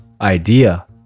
idea